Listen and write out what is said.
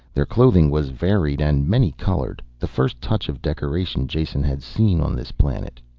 their clothing was varied and many-colored, the first touch of decoration jason had seen on this planet.